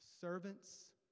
servants